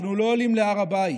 אנחנו לא עולים להר הבית,